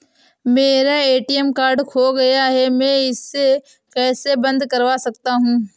मेरा ATM card खो गया है मैं इसे कैसे बंद करवा सकता हूँ?